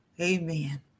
Amen